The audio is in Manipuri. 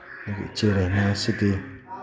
ꯑꯩꯒꯤ ꯏꯆꯦ ꯔꯍꯤꯅꯥꯁꯤꯗꯤ